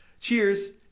Cheers